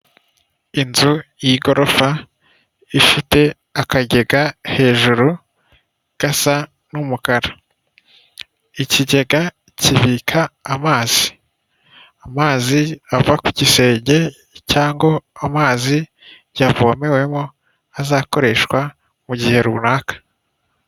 Inzu y'igorofa ifite akagega hejuru gasa n'umukara. Ikigega kibika amazi, amazi ava ku gisenge cyangwa amazi yavomewemo azakoreshwa mu gihe runaka